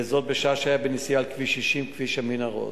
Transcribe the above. וזאת בשעה שהיה בנסיעה על כביש 60, כביש המנהרות,